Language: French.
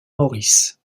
maurice